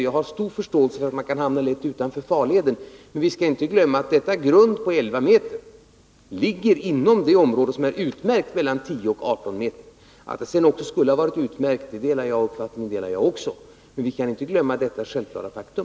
Jag har stor förståelse för att man kan råka hamna utanför farleden, men vi skall inte glömma att detta grund på 11 meters djup ligger inom det område som är utmärkt med ett djup på mellan 10 och 18 meter. Uppfattningen att det grundet sedan också borde ha varit utmärkt delar jag också, men vi skall som sagt inte glömma detta självklara faktum.